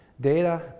data